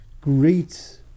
great